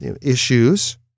issues